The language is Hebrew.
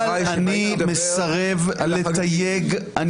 אבל אני מסרב לתייג מה